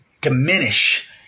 diminish